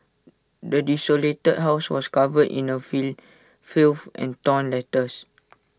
the desolated house was covered in A fill filth and torn letters